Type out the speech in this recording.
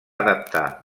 adaptar